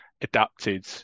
adapted